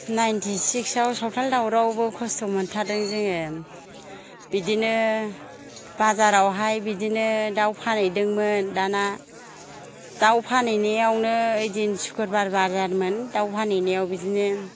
नाइन्थि सिख्सआव साउथाल दावरावआवबो खस्थ' मोन्थारदों जोङो बिदिनो बाजारावहाय बिदिनो दाउ फान्हैदोंमोन दाना दाउ फानहैनायावनो ओइदिन सुख्रबार बाजारमोन दाउ फानहैनायाव बिदिनो